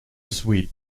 sweet